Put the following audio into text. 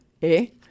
hey